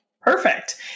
Perfect